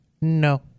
No